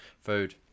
food